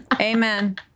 Amen